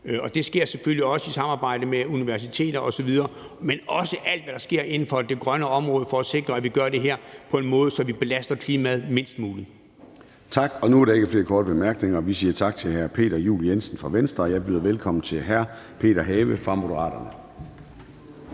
og det sker selvfølgelig også i samarbejde med universiteter osv., men også, at alt, hvad der sker inden for det grønne område, gør vi på en måde, så vi belaster klimaet mindst muligt. Kl. 10:20 Formanden (Søren Gade): Tak. Nu er der ikke flere korte bemærkninger, og vi siger tak til hr. Peter Juel-Jensen fra Venstre. Og jeg byder velkommen til hr. Peter Have fra Moderaterne.